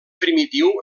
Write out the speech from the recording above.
primitiu